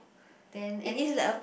then any